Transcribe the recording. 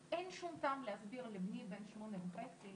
או הורים לתומם אולי חושבים שהכל בסדר והכל טוב,